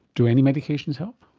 do any medications help?